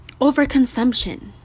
overconsumption